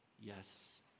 Yes